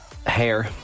hair